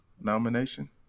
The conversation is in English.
nomination